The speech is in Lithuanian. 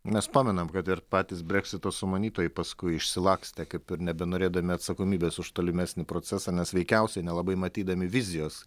mes pamenam kad ir patys breksito sumanytojai paskui išsilakstė kaip ir nebenorėdami atsakomybės už tolimesnį procesą nes veikiausiai nelabai matydami vizijos